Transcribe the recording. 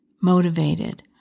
motivated